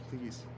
please